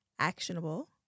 Actionable